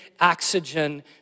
oxygen